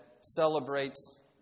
celebrates